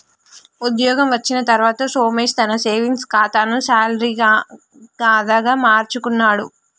ఉద్యోగం వచ్చిన తర్వాత సోమేశ్ తన సేవింగ్స్ కాతాను శాలరీ కాదా గా మార్చుకున్నాడు